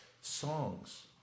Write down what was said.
songs